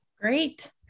Great